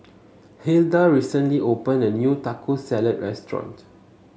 Hilda recently opened a new Taco Salad restaurant